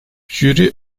jüri